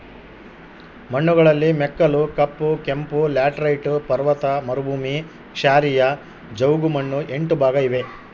ಮಣ್ಣುಗಳಲ್ಲಿ ಮೆಕ್ಕಲು, ಕಪ್ಪು, ಕೆಂಪು, ಲ್ಯಾಟರೈಟ್, ಪರ್ವತ ಮರುಭೂಮಿ, ಕ್ಷಾರೀಯ, ಜವುಗುಮಣ್ಣು ಎಂಟು ಭಾಗ ಇವೆ